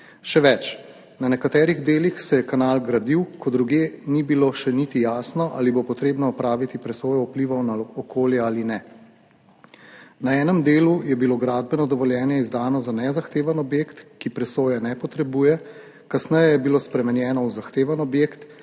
Še več, na nekaterih delih se je kanal gradil, ko drugje ni bilo še niti jasno, ali bo treba opraviti presojo vplivov na okolje ali ne. Na enem delu je bilo gradbeno dovoljenje izdano za nezahteven objekt, ki presoje ne potrebuje, kasneje je bilo spremenjeno v zahteven objekt,